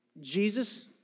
Jesus